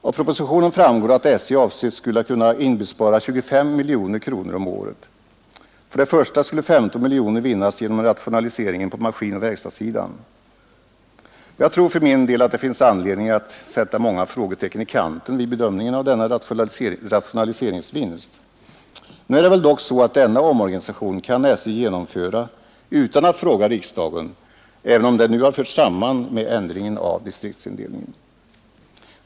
Av propositionen framgår att SJ avses skola kunna inbespara 25 miljoner kronor om året. För det första skulle 15 miljoner vinnas genom rationaliseringen på maskinoch verkstadssidan. Jag tror för min del att det finns anledning att sätta många frågetecken i kanten vid bedömningen av denna rationaliseringsvinst. Nu är det väl dock så att denna omorganisation kan SJ genomföra utan att fråga riksdagen, även om den nu har förts samman med ändringen av distriktsindelningen.